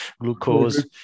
glucose